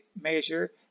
measure